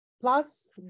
plus